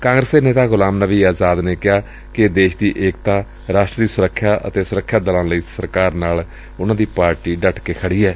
ਕਾਂਗਰਸ ਦੇ ਨੇਤਾ ਗੁਲਾਮ ਨਬੀ ਆਜ਼ਾਦ ਨੇ ਕਿਹਾ ਕਿ ਦੇਸ਼ ਦੀ ਏਕਤਾ ਰਾਸ਼ਟਰ ਦੀ ਸੁਰੱਖਿਆ ਅਤੇ ਸੁਰੱਖਿਆ ਦਲਾਂ ਲਈ ਸਰਕਾਰ ਨਾਲ ਡਟ ਕੇ ਖੜੀ ਏ